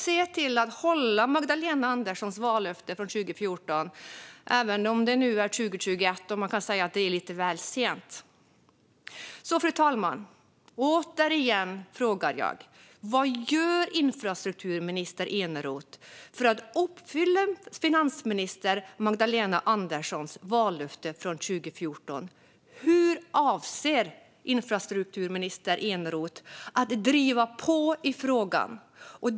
Se till att hålla Magdalena Anderssons vallöfte från 2014, även om det nu är 2021 och man kan säga att det är lite väl sent. Fru talman! Återigen frågar jag infrastrukturministern: Var gör infrastrukturminister Eneroth för att uppfylla finansminister Magdalena Anderssons vallöfte från 2014? Hur avser infrastrukturminister Eneroth att driva på i frågan?